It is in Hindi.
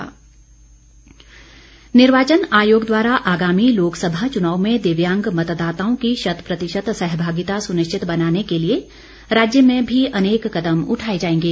दिव्यांग निर्वाचन आयोग द्वारा आगामी लोकसभा चुनाव में दिव्यांग मतदाताओं की शत प्रतिशत सहभागिता सुनिश्चित बनाने के लिए राज्य में भी अनेक कदम उठाए जाएंगे